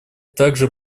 также